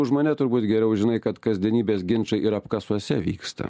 už mane turbūt geriau žinai kad kasdienybės ginčai ir apkasuose vyksta